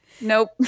Nope